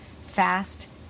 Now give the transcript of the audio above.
fast